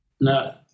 No